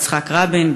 יצחק רבין,